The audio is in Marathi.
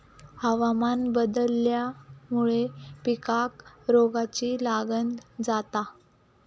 हवामान बदलल्यामुळे पिकांका रोगाची लागण जाता